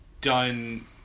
done